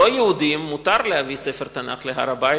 ללא יהודים מותר להביא ספר תנ"ך להר-הבית,